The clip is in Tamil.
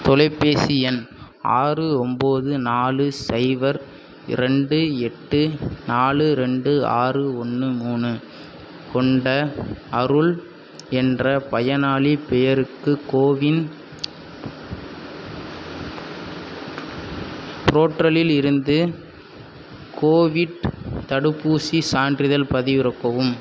தொலைப்பேசி எண் ஆறு ஒம்பது நாலு சைவர் ரெண்டு எட்டு நாலு ரெண்டு ஆறு ஒன்று மூணு கொண்ட அருள் என்ற பயனாளிப் பெயருக்கு கோவின் புர்ட்டலில் இருந்து கோவிட் தடுப்பூசிச் சான்றிதழ் பதிவிறக்கவும்